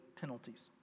penalties